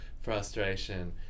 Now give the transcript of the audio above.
Frustration